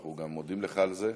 אנחנו גם מודים לך על זה.